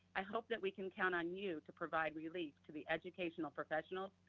i hope that we can count on you to provide relief to the educational professionals,